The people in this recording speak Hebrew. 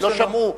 לא שמעו.